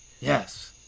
Yes